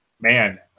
man